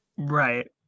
Right